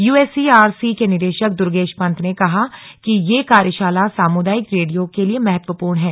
USERC के निदेशक दुर्गेश पंत ने कहा कि यह कार्यशाला सामुदायिक रेडियो के लिए महत्वपूर्ण है